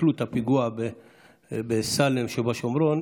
סיכלו את הפיגוע בסאלם שבשומרון.